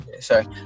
Sorry